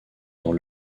dans